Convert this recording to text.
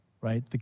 right